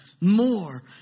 more